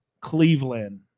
Cleveland